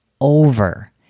over